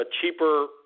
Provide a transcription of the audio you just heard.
cheaper